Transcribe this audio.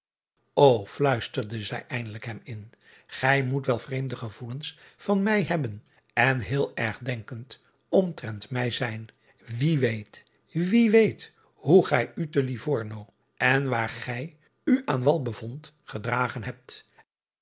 zij eindelijk hem in ij moet wel vreemde gevoelens van mij hebben en heel ergdenkend omtrent mij zijn ie weet wie weet hoe gij u te ivorno en waar gij u aan wal bevondt gedragen hebt